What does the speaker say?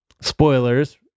Spoilers